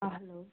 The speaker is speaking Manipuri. ꯑꯥ ꯍꯜꯂꯣ